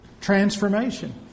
transformation